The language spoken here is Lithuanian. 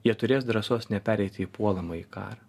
jie turės drąsos nepereiti į puolamąjį karą